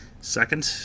second